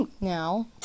Now